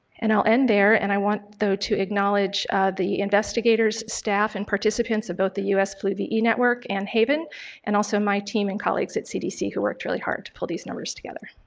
and i'll end there, and i want though to acknowledge the investigators, staff and participants of both the us flu ve network and haven and also my team and colleagues at cdc who worked really hard to pull these numbers together.